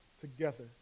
together